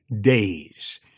days